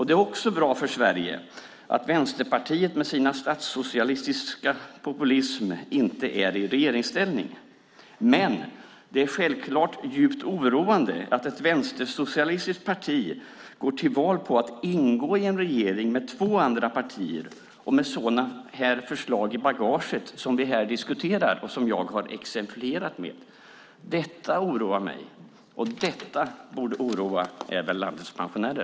Det är också bra för Sverige att Vänsterpartiet med sin statssocialistiska populism inte är i regeringsställning. Men det är självklart djupt oroande att ett vänstersocialistiskt parti går till val på att ingå i en regering med två andra partier och med sådana här förslag i bagaget. Det är sådana förslag som vi här diskuterar och som jag har exemplifierat. Detta oroar mig, och detta borde oroa även landets pensionärer.